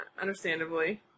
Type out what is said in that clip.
understandably